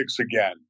again